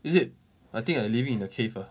is it I think I living in a cave ah